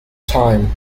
time